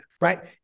right